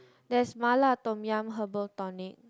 there's Mala Tom-yum Herbal tonic